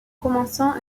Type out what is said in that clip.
commençant